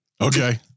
Okay